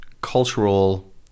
cultural